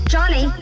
Johnny